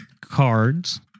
cards